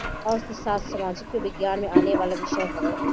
अर्थशास्त्र सामाजिक विज्ञान में आवेवाला विषय हवे